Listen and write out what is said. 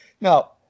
Now